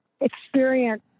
experience